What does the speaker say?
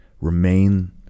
remain